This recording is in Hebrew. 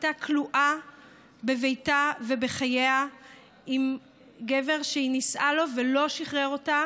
הייתה כלואה בביתה ובחייה עם גבר שהיא נישאה לו ולא שחרר אותה.